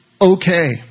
okay